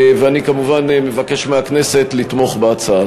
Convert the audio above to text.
ואני מבקש מהכנסת לתמוך בהצעה.